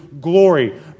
glory